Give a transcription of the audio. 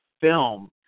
film